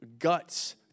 guts